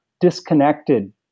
disconnected